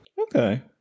okay